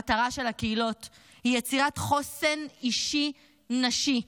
המטרה של הקהילות היא יצירת חוסן אישי נשי,